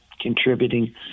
contributing